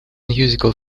musical